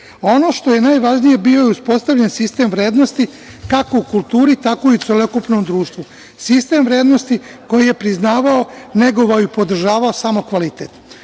Ono što je najvažnije, bio je uspostavljen sistem vrednosti kako u kulturi tako i u celokupnom društvu, sistem vrednosti koji je priznavao negovao i podržavao samo kvalitet. Promena